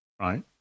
right